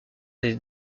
des